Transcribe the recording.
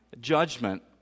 judgment